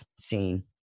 scene